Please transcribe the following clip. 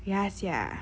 ya sia